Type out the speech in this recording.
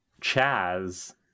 Chaz